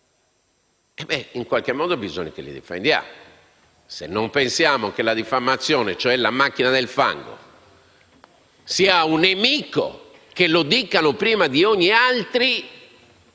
e in qualche modo bisogna che li difendiamo. Se pensiamo che la diffamazione, cioè la macchina del fango, sia un nemico, lo dicano prima di ogni altro